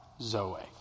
zoe